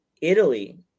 Italy